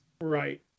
Right